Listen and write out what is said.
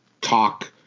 talk